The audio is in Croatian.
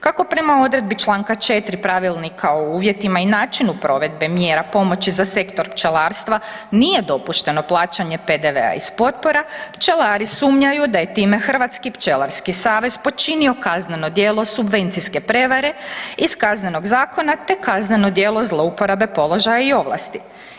Kako prema odredbi čl. 4. Pravilnika o uvjetima i načinu provedbe mjera pomoći za sektor pčelarstva nije dopušteno plaćanje PDV-a iz potpora, pčelari sumnjaju da je time Hrvatski pčelarski savez počinio kazneno djelo subvencijske prevare iz Kaznenog zakona te kazneno djelo zlouporabe položaja o ovlasti.